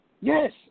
Yes